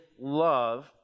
love